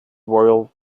royal